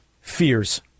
fears